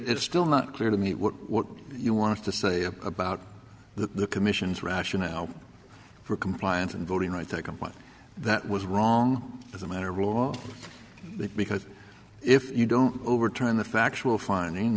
it's still not clear to me what you want to say about the commission's rationale for compliance and voting rights act one that was wrong as a matter of law because if you don't overturn the factual finding